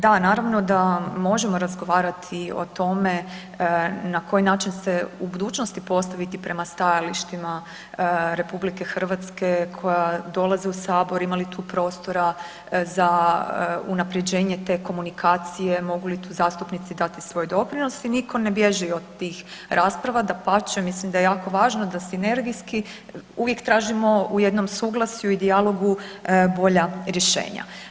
Da, naravno da možemo razgovarati o tome na koji način se u budućnosti postaviti prema stajalištima RH koja dolazi u Sabor, ima li tu prostora za unaprjeđenje te komunikacije, mogu li tu zastupnici dati svoj doprinos i niko ne bježi od tih rasprava, dapače, mislim da je jako važno da sinergijski uvijek tražimo u jednom suglasju i dijalogu bolja rješenja.